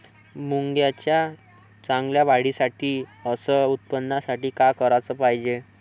मुंगाच्या चांगल्या वाढीसाठी अस उत्पन्नासाठी का कराच पायजे?